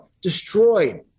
destroyed